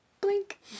blink